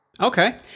Okay